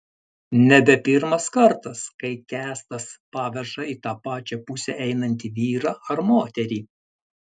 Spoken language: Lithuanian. nebe pirmas kartas kai kęstas paveža į tą pačią pusę einantį vyrą ar moterį